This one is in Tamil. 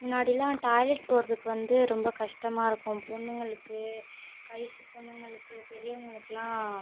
முன்னாடியெலா டாய்லெட் போகிறதுக்கு வந்து ரொம்ப கஷ்டமாக இருக்கும் பொண்ணுங்களுக்கு வயசு பொண்ணுங்களுக்கு பெரியவங்களுக்கெலா